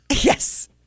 Yes